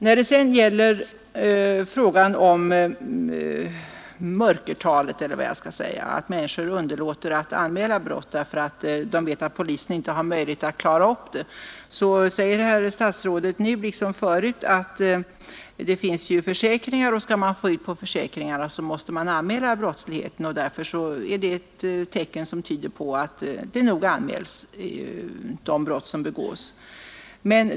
När det sedan gäller frågan om att människor underlåter att anmäla brott för att de vet att polisen inte har möjlighet att klara ut dem, så säger herr statsrådet nu liksom förut att det finns försäkringar, och skall man få ut något på försäkringar måste man anmäla brottsligheten. Detta skulle tyda på att de brott som begås anmäls.